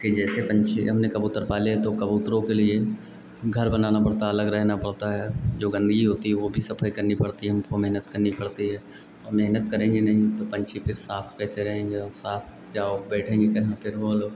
कि जैसे पक्षी हमने कबूतर पाले हैं तो कबूतरों के लिए घर बनाना पड़ता है अलग रहना पड़ता है जो गन्दगी होती है वह भी सफ़ाई करनी पड़ती है हमको मेहनत करनी पड़ती है और मेहनत करेंगे नहीं तो पक्षी फिर साफ़ कैसे रहेंगे और साफ़ क्या वह बैठेंगे कहाँ पर वह लोग